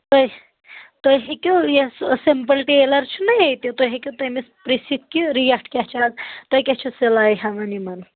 تُہۍ تُہۍ ہیٚکِو یُس سِمپل ٹیلر چھنا ییٚتہِ تُہۍ ہیٚکِو تٔمِس پرٛژِھِتھ کہ ریٹ کیٛاہ چھ اَز تُہۍ کیٛاہ چھُۄ سِلاے ہٮ۪وان یِمن